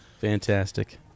fantastic